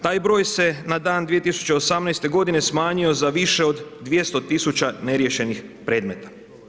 Taj broj se na dan 2018. godine smanjio za više od 200 tisuća neriješenih predmeta.